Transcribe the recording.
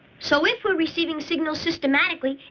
so if we're receiving signals systematically,